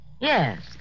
Yes